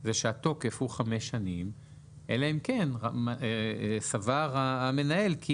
זה שהתוקף הוא חמש שנים אלא אם כן סבר המנהל כי